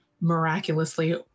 miraculously